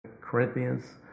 Corinthians